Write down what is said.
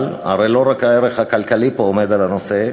אבל הרי לא רק על הערך הכלכלי עומד פה הנושא,